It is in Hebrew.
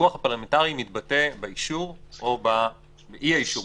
שהפיקוח הפרלמנטרי מתבטא באישור או באי האישור,